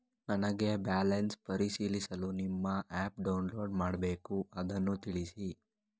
ನನಗೆ ಬ್ಯಾಲೆನ್ಸ್ ಪರಿಶೀಲಿಸಲು ನಿಮ್ಮ ಆ್ಯಪ್ ಡೌನ್ಲೋಡ್ ಮಾಡಬೇಕು ಅದನ್ನು ತಿಳಿಸಿ?